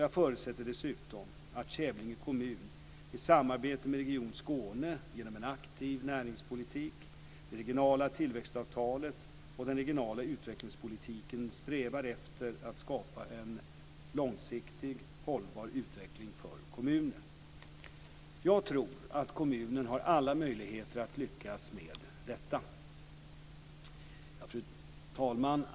Jag förutsätter dessutom att Kävlinge kommun, i samarbete med Region Skåne, genom en aktiv näringslivspolitik, det regionala tillväxtavtalet och den regionala utvecklingspolitiken strävar efter att skapa en långsiktig, hållbar utveckling för kommunen. Jag tror att kommunen har alla möjligheter att lyckas med detta. Fru talman!